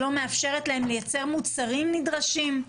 שלא מאפשרת להם לייצר מוצרים נדרשים.